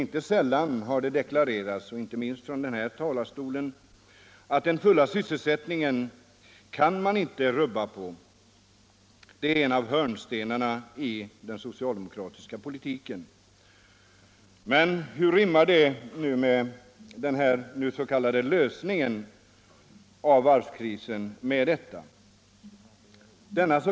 Inte sällan har det deklarerats — inte minst från denna talarstol — att den fulla sysselsättningen kan man inte rubba på, för den är en av hörnstenarna i den socialdemokratiska politiken. Hur rimmar nu detta med den s.k. lösningen av varvskrisen i Göteborg?